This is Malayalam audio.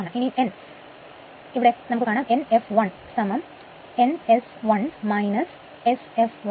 ഇനി n fln S1 Sfl ആകുന്നു